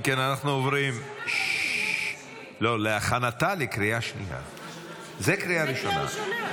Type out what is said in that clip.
אם כן, אנחנו עוברים --- לא, זו קריאה ראשונה.